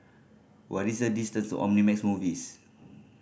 what is the distance Omnimax Movies